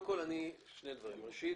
שני דברים: ראשית,